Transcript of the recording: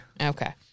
Okay